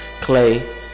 clay